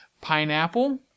Pineapple